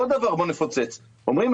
עוד דבר בוא נפוצץ: אומרים,